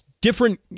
different